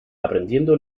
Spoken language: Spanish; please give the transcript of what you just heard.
aprendiendo